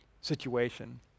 situation